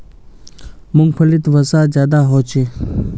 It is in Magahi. मूंग्फलीत वसा ज्यादा होचे